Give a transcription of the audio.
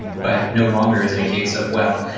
but no longer is it a case of, well,